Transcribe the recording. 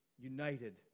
united